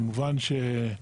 כמובן אם